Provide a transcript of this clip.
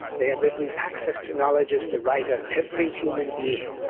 they have written, access to knowledge is the right of every human being,